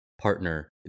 Partner